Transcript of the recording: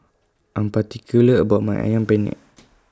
I Am particular about My Ayam Penyet